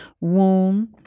womb